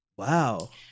Wow